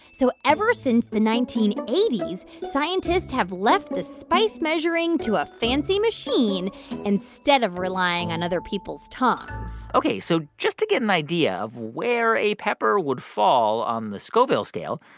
so ever since the nineteen eighty s, scientists have left the spice measuring to a fancy machine instead of relying on other people's tongues ok, so just to get an idea of where a pepper would fall on the scoville scale,